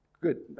Good